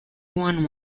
won